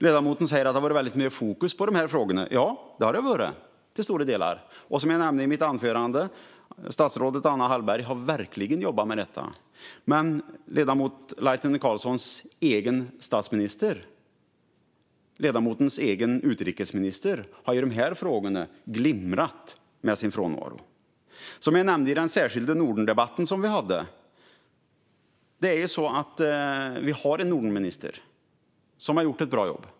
Ledamoten säger att det har varit väldigt mycket fokus på de här frågorna. Ja, det har det varit, i stora delar, och som jag nämnde i mitt anförande har statsrådet Anna Hallberg verkligen jobbat med detta. Men ledamotens egen statsminister och ledamotens egen utrikesminister har i de här frågorna glittrat med sin frånvaro. Som jag nämnde i den särskilda debatten vi hade om Norden: Vi har en Nordenminister, som har gjort ett bra jobb.